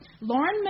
Lauren